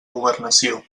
governació